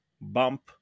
Bump